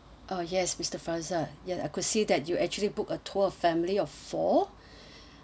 uh yes mister faisal yeah I could see that you actually book a tour family of four